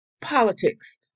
politics